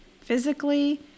physically